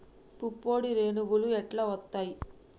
పుప్పొడి రేణువులు ఎట్లా వత్తయ్?